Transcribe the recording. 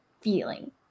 feeling